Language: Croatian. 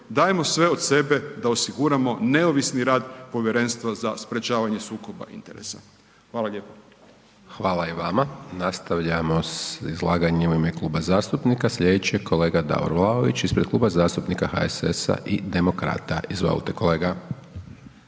dajmo sve od sebe da osiguramo neovisni rad Povjerenstva za sprječavanje sukoba interesa. Hvala lijepo. **Hajdaš Dončić, Siniša (SDP)** Hvala i vama. Nastavljamo s izlaganjem u ime kluba zastupnika, slijedeći je kolega Davor Vlaović ispred Kluba zastupnika HSS-a i demokrata, izvolite kolega.